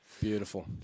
Beautiful